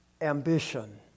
ambition